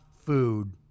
food